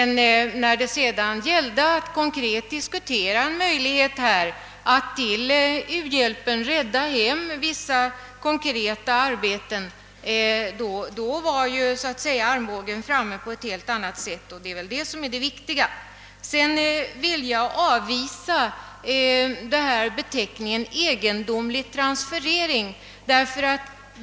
När det sedan gällde att faktiskt diskutera möjligheterna att till u-hjälpen rädda vissa konkreta arbeten, då var så att säga armbågen framme på ett helt annat sätt, vilket väl är det viktiga. Sedan vill jag avvisa beteckningen »egendomlig transferering».